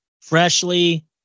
freshly